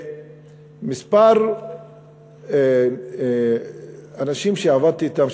יש כמה אנשים שעבדתי אתם,